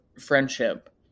friendship